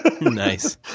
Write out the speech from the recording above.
Nice